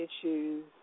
issues